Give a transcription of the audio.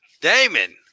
Damon